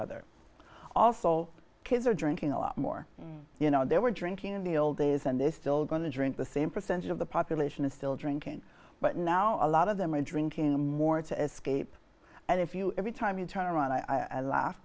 other also all kids are drinking a lot more you know they were drinking in the old days and they still going to drink the same percentage of the population is still drinking but now a lot of them are drinking more to escape and if you every time you turn around i laugh